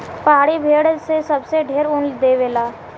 पहाड़ी भेड़ से सबसे ढेर ऊन देवे ले